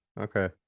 Okay